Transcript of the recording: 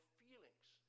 feelings